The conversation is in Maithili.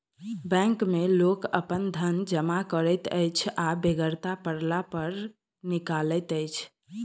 बैंक मे लोक अपन धन जमा करैत अछि आ बेगरता पड़ला पर निकालैत अछि